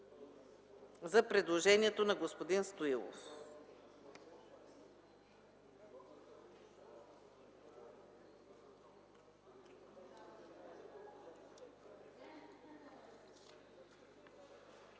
а предложението на господин Миков